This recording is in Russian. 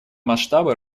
масштабы